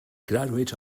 graduate